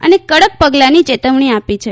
અને કડક પગલાંની ચેતવણી આપી છે